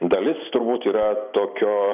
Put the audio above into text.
dalis turbūt yra tokio